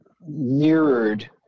mirrored